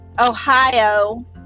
Ohio